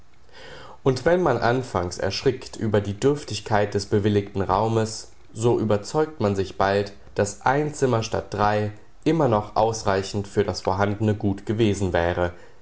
und wenn man anfangs erschrickt über die dürftigkeit des bewilligten raumes so überzeugt man sich bald daß ein zimmer statt drei immer noch ausreichend für das vorhandene gute gewesen wäre